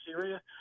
Syria